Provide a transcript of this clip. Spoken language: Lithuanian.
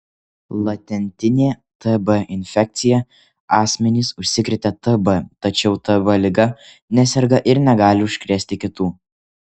latentinė tb infekcija asmenys užsikrėtę tb tačiau tb liga neserga ir negali užkrėsti kitų